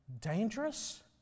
dangerous